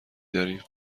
داریم